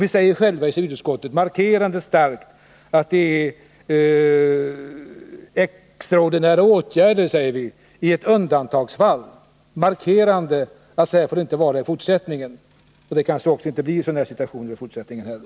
Vi säger i civilutskottets betänkande att det är 7n ”extraordinära åtgärder i ett undantagsfall”, starkt markerande att så här får det inte vara i fortsättningen. Det kanske inte blir sådana här situationer i fortsättningen heller.